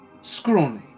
scrawny